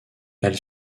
elle